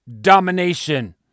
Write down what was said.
domination